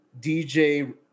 DJ